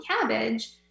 cabbage